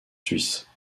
suisse